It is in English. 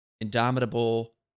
indomitable